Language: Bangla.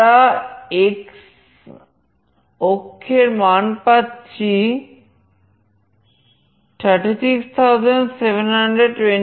আমরা x অক্ষের মান পাচ্ছি 36728